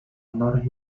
honores